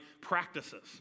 practices